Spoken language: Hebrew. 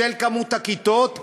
של כמות הכיתות,